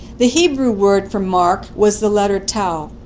the hebrew, word for mark was the letter tau.